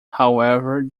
however